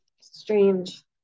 Strange